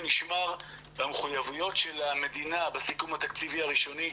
נשמר והמחויבויות של המדינה בסיכום התקציבי הראשוני,